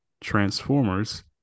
Transformers